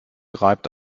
reibt